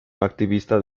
activista